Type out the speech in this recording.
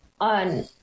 on